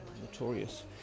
notorious